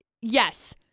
yes